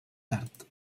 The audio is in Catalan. tard